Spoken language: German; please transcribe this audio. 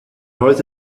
heute